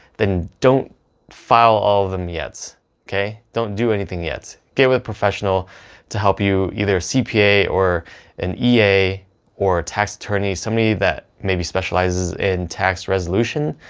then don't file all of them yet okay. don't do anything yet. get with a professional to help you. either a cpa, or an ea, or tax attorney, somebody that maybe specializes in tax resolution,